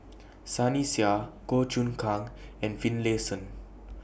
Sunny Sia Goh Choon Kang and Finlayson